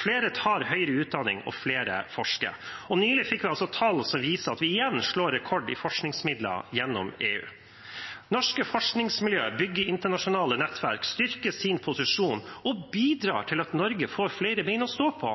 flere tar høyere utdanning, og flere forsker. Nylig fikk vi altså tall som viser at vi igjen slår rekord i forskningsmidler gjennom EU. Norske forskningsmiljø bygger internasjonale nettverk, styrker sin posisjon og bidrar til at Norge får flere bein å stå på,